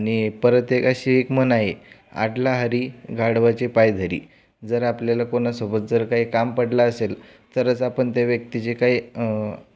आणि परत एक अशी एक म्हण आहे अडला हरी गाढवाचे पाय धरी जर आपल्याला कोणासोबत जर काही काम पडलं असेल तरच आपण त्या व्यक्तीचे काही